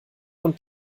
und